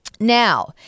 Now